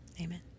Amen